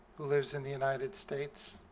who lives in the united states.